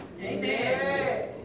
Amen